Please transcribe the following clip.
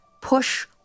push